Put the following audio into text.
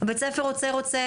בית ספר רוצה-רוצה,